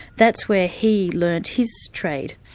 that's where he learned his trade.